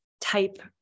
type